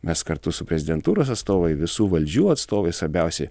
mes kartu su prezidentūros atstovai visų valdžių atstovais svarbiausiai